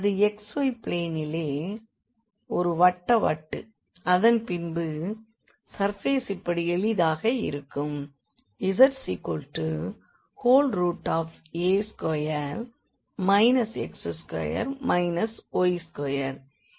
அது xy பிளேனிலே ஒரு வட்ட வட்டு அதன் பின்பு சர்ஃபேஸ் இப்படி எளிதாக இருக்கும் za2 x2 y2